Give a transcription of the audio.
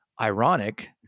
ironic